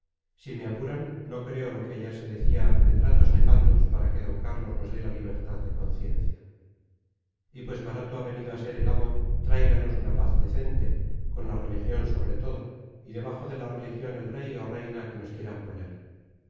si me apuran no creo lo que ayer se decía de tratos nefandos para que d carlos nos dé la libertad de conciencia y pues maroto ha venido a ser el amo tráiganos una paz decente con la religión sobre todo y debajo de la religión el rey o reina que nos quieran poner